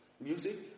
music